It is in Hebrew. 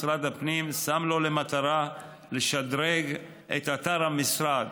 משרד הפנים שם לו למטרה לשדרג את אתר המשרד